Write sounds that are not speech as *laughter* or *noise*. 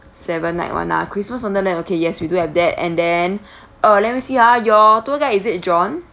seven night [one] ah christmas wonderland okay yes we do have that and then *breath* uh let me see ah your tour guide is it john